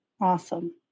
Awesome